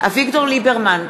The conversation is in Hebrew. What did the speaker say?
אביגדור ליברמן,